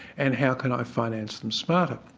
and how can i finance them smarter.